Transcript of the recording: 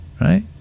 right